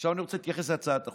עכשיו אני רוצה להתייחס להצעת החוק.